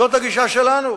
זאת הגישה שלנו.